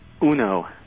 UNO